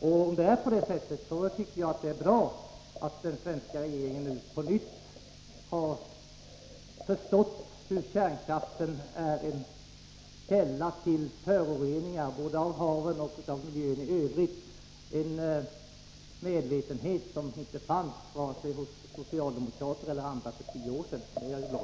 Jag tycker att det är bra — om det är på det sättet — att den svenska regeringen nu har förstått att kärnkraften är en källa till föroreningar både av haven och av miljön i övrigt. Det är en medvetenhet som inte fanns, vare sig hos socialdemokrater eller andra, för tio år sedan.